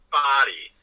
body